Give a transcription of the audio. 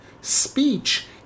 speech